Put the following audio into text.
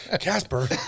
Casper